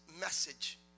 message